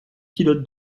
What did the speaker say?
pilote